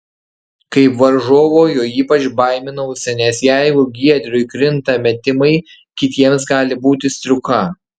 kaip varžovo jo ypač baiminausi nes jeigu giedriui krinta metimai kitiems gali būti striuka